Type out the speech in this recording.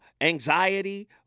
anxiety